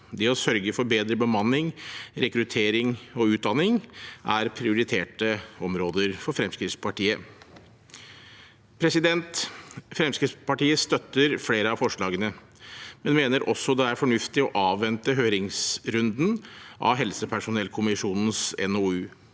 Det å sørge for bedre bemanning, rekruttering og utdanning er prioriterte områder for Fremskrittspartiet. Fremskrittspartiet støtter flere av forslagene, men mener også det er fornuftig å avvente høringsrunden i forbindelse med helsepersonellkommisjonens NOU.